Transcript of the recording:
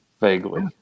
Vaguely